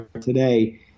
today